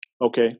Okay